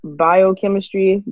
biochemistry